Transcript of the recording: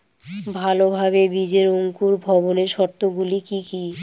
ভালোভাবে বীজের অঙ্কুর ভবনের শর্ত গুলি কি কি?